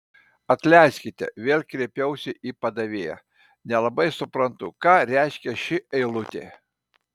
atleiskite vėl kreipiausi į padavėją nelabai suprantu ką reiškia ši eilutė